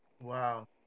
Wow